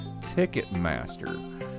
Ticketmaster